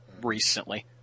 recently